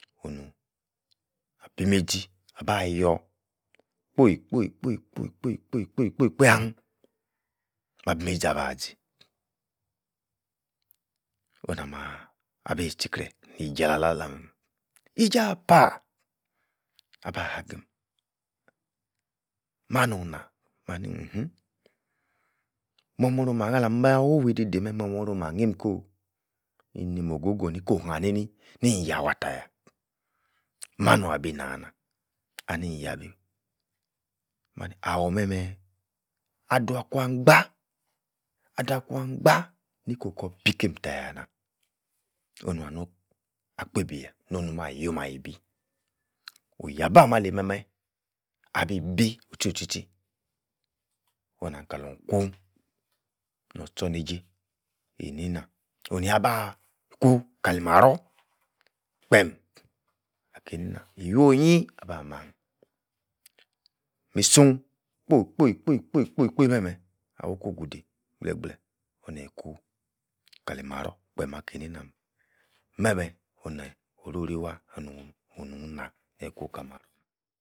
Onu-abi meizi abah-yor kpoi-kpoi, Kpoi-kpoi-Kpoi- kροi-Κροi-κροi ahin, mabi-meizi abazi, onah-mah!! abi-ti-krebate niei-ji ala-lala meh- meh, teija-ahpah, aba-ha-gim mah-nunh-nah? mah-ni uhmm!! mor-mor-rah oh-mah-alaba wowah adei-dei meh, mor-mor-rah omah-knim-ko'oh inin-oh-go-go niko-hani-ni ni-yah wah tayah, mah-nua bi nah-nah? ani-in-yabi, mani ah-wor-meh-meh adua-kwan-gban adei-akuan gbahn niko-kor bikeim tayah-nah? onu-nua-ni akpeibiyah nonu-meh ayoom- mah-yibi, on-yabi ameh-ali-meh-meh, abi-bil-wui-tcheiyi oh-tchir tchi, onahm kalorn iku-nor-echorneijei eineina onia- bah Ku-Kali-marron kpeem akei-naina iwush-onyi abah-mah-ahin, mi-sundh Kpri-kpoi-kроi-kpoi-kpoi meh-theh ah-wogwodwi goleh-gbleh neyi-ku kali-marror kpem ah-keineina-meh, meh-meh oneh-orori-wah. onu-onu nah neyi ku-kali-marror meh.